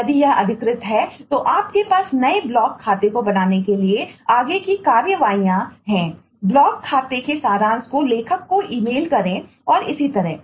यदि यह अधिकृत है तो आपके पास नए ब्लॉग करें और इसी तरह